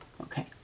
Okay